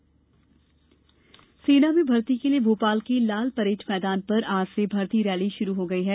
सेना भर्ती रैली सेना में भर्ती के लिए भोपाल के लाल परेड मैदान पर आज से भर्ती रैली शुरू हो गई है